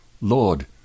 Lord